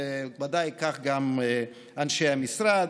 ובוודאי גם אנשי המשרד.